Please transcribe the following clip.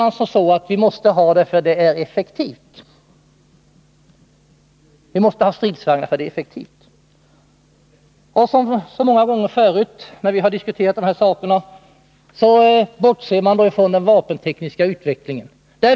Man säger att vi måste ha stridsvagnar, därför att det är effektivt. Som så många gånger förut när vi diskuterar de här sakerna bortser man från den vapentekniska utvecklingen.